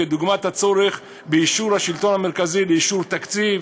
כדוגמת הצורך באישור השלטון המרכזי לאישור תקציב,